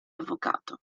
avvocato